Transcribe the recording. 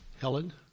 Helen